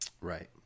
Right